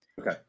Okay